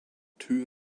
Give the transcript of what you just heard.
two